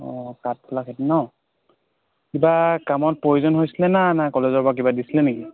অঁ কাঠফুলা খেতি ন কিবা কামত প্ৰয়োজন হৈছিলেনে নে কলেজৰ পৰা কিবা দিছে নেকি